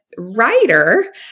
writer